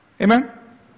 Amen